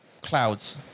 clouds